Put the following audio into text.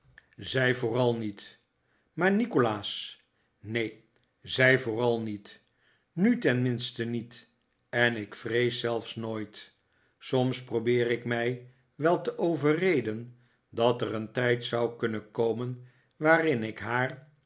zij vooral niet maar nikolaas neen zij vooral niet nu tenminste niet en ik vrees zelfs nooit soms probeer ik mij wel te overreden dat er een tijd zou kunnen komen waarin ik haar